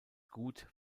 gut